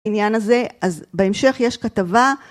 בעניין הזה, אז בהמשך יש כתבה.